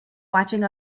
watching